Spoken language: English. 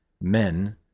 men